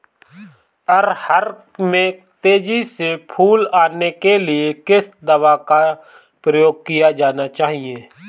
अरहर में तेजी से फूल आने के लिए किस दवा का प्रयोग किया जाना चाहिए?